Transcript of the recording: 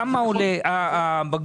כמה עולה הבקבוק.